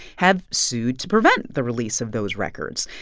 have sued to prevent the release of those records.